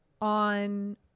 on